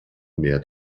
mehr